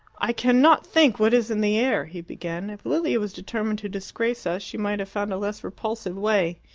i cannot think what is in the air, he began. if lilia was determined to disgrace us, she might have found a less repulsive way.